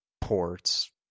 ports